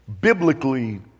biblically